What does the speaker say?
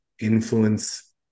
influence